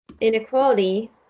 inequality